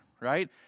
right